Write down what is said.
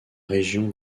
région